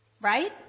right